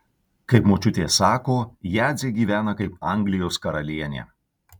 kaip močiutė sako jadzė gyvena kaip anglijos karalienė